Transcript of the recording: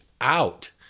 out